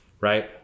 right